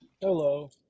Hello